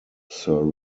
sir